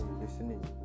listening